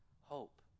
hope